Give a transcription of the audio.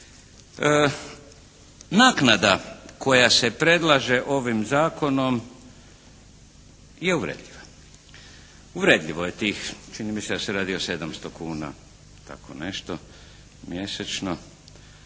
Naknada koja se predlaže ovim zakonom je uvredljiva. Uvredljivo je tih čini mi se da se radi o 700 kuna, tako nešto, mjesečno.